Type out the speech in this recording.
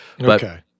Okay